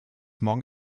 morgen